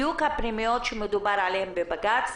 אני מדברת על הפנימיות עליהן דובר בבג"צ.